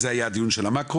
בזה עסק הדיון של המאקרו.